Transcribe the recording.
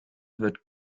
wird